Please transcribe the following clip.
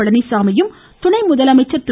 பழனிசாமியும் துணை முதலமைச்சர் திரு